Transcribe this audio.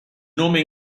nome